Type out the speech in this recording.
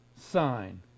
sign